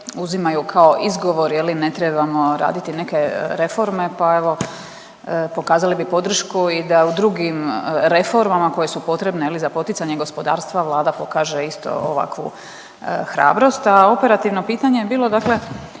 uzimaju kao izgovori je li ne trebamo raditi neke reforme pa evo pokazali bi podršku i da u drugim reformama koje su potrebne za poticanje gospodarstva vlada pokaže isto ovakvu hrabrost. A operativno pitanje je bilo dakle